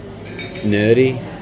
nerdy